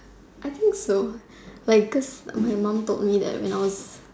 I think so like cause my mum told me that when I was